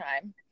time